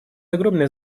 огромное